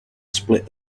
split